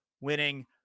winning